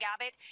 Abbott